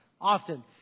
often